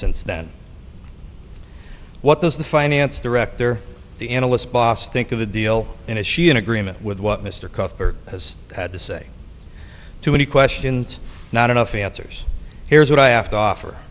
since then what those the finance director the analyst boss think of the deal and is she in agreement with what mr cuthbert has had to say too many questions not enough answers here's what i have to offer